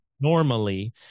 normally